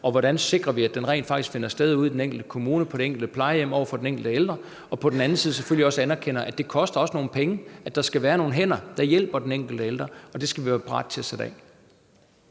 og hvordan vi sikrer, at den rent faktisk finder sted ude i den enkelte kommune, på det enkelte plejehjem, over for den enkelte ældre, og på den anden side selvfølgelig også at anerkende, at det også koster nogle penge, at der skal være nogle hænder, der hjælper den enkelte ældre. Og de penge skal vi være parate til at sætte af.